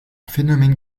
phénomène